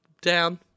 down